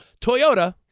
Toyota